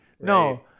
no